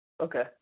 Okay